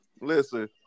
Listen